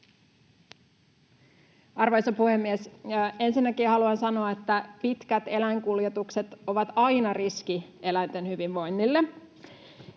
Arvoisa puhemies! Ensinnäkin haluan sanoa, että pitkät eläinkuljetukset ovat aina riski eläinten hyvinvoinnille.